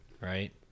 right